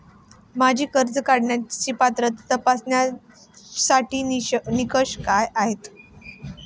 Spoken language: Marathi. माझी कर्ज काढण्यासाठी पात्रता तपासण्यासाठीचे निकष काय आहेत?